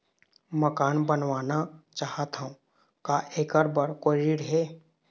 मकान बनवाना चाहत हाव, का ऐकर बर कोई ऋण हे?